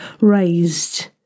raised